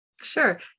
Sure